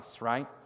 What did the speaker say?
right